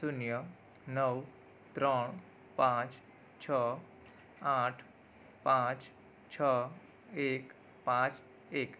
શૂન્ય નવ ત્રણ પાંચ છ આઠ પાંચ છ એક પાંચ એક